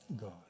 God